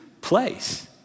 place